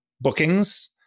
bookings